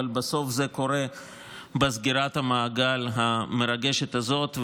אבל בסוף זה קורה בסגירת המעגל המרגשת הזאת,